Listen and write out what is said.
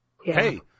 Hey